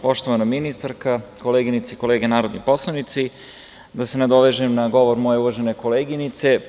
Poštovana ministarka, koleginice i kolege narodni poslanici, da se nadovežem na govor moje uvažene koleginice.